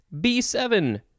B7